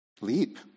Leap